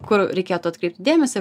kur reikėtų atkreipti dėmesį